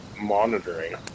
monitoring